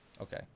okay